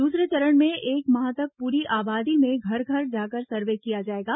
दूसरे चरण में एक माह तक पूरी आबादी में घर घर जाकर सर्वे किया जाएगा